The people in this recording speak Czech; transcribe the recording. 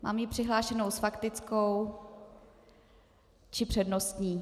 Mám ji přihlášenou s faktickou či přednostní.